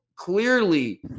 clearly